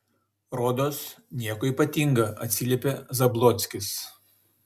rodos nieko ypatinga atsiliepė zablockis